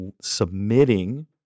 submitting